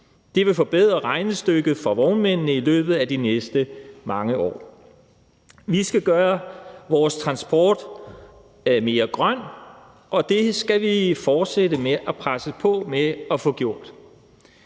Det vil forbedre regnestykket for vognmændene i løbet af de næste mange år. Vi skal gøre vores transport mere grøn, og det skal vi fortsætte med at presse på for at få gjort.